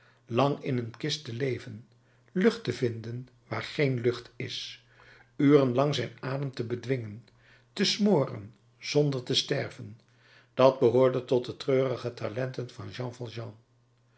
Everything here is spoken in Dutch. lang in een kist te leven lucht te vinden waar geen lucht is uren lang zijn adem te bedwingen te smoren zonder te sterven dat behoorde tot de treurige talenten van jean